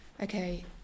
okay